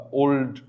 old